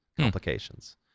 complications